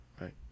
Right